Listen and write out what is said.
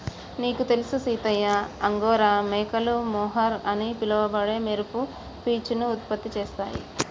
నీకు తెలుసు సీతయ్య అంగోరా మేకలు మొహర్ అని పిలవబడే మెరుపు పీచును ఉత్పత్తి చేస్తాయి